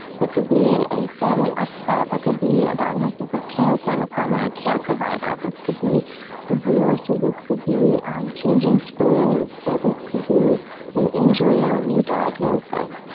that could be a a family upset that could be a diagnosis of cancer and the primary care provider. this could be to boomers to this could be changing schools or this could be an injury or a new diagnosis.